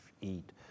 eat